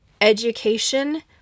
education